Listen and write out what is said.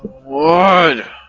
wide